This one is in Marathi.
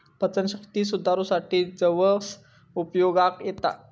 पचनशक्ती सुधारूसाठी जवस उपयोगाक येता